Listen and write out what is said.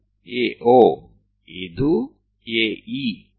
ಇದು AO ಇದು AE